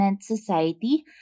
Society